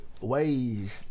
ways